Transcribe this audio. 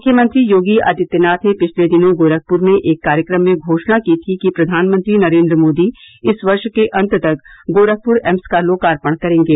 मुख्यमंत्री योगी आदित्यनाथ ने पिछले दिनों गोरखप्र में एक कार्यक्रम में घोषणा की थी कि प्रधानमंत्री नरेंद्र मोदी इस वर्ष के अंत तक गोरखपुर एम्स का लोकार्पण करेंगे